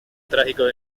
trágico